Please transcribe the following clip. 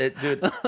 dude